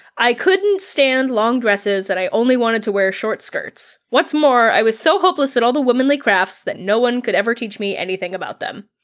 i couldn't stand long dresses and i only wanted to wear short skirts. what's more, i was so hopeless at all the womanly crafts that no one could ever teach me anything about them.